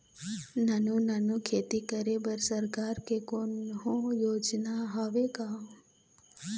नानू नानू खेती करे बर सरकार के कोन्हो योजना हावे का?